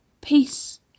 peace